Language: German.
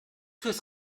fürs